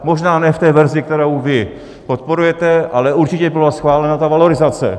Možná ne v té verzi, kterou vy podporujete, ale určitě by byla schválena ta valorizace.